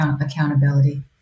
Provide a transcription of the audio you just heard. accountability